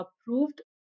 approved